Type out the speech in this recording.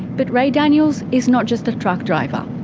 but ray daniels is not just a truck driver.